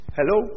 Hello